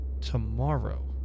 tomorrow